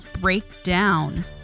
Breakdown